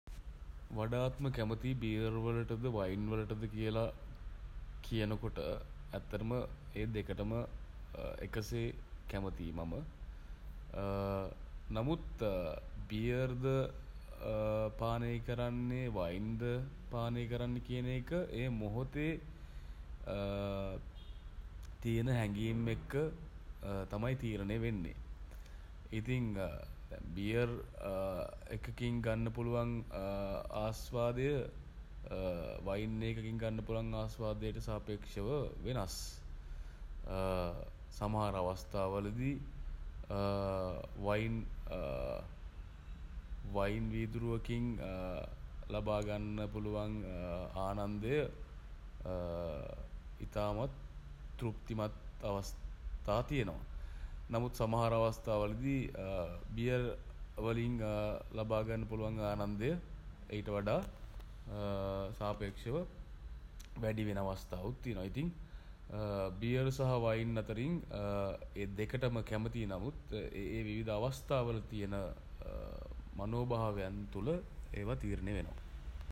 වඩාත්ම කැමති බියර්වලටද වයින්වලටද කියලා කියනකොට ඇත්තටම ඒ දෙකටම එකසේ කැමතියි මම නමුත් බියර්ද පානය කරන්නේ වයින්ද පානය කරන්නේ කියන එක ඒ මොහොතේ තියෙන හැඟීම් එක්ක තමයි තීරණය වෙන්නේ. ඉතිං බියර් එකකින් ගන්න පුළුවන් ආස්වාදය වයින් එකකින් ගන්න පුළුවන් ආශ්වාදයට සාපේක්ෂව වෙනස්. සමහර අවස්ථාවලදී වයින් වයින් වීදුරුවකින් ලබාගන්න පුළුවන් ආනන්දය ඉතාමත් තෘප්තිමත් අවස් ථා තියෙනවා. නමුත් සමහර අවස්ථාවලදී බියර් වලින් ලබා ගන්න පුළුවන් ආනන්දය ඊට වඩා සාපේක්ෂව වැඩිවෙන අවස්ථාවලුත් තියෙනවා. ඉතින් බියර් සහ වයින් අතරින් ඒ දෙකටම කැමතියි නමුත් ඒ ඒ විවිධ අවස්ථාවල තියෙන මනෝභාවයන් තුළ ඒවා තීරණය වෙනවා.